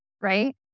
right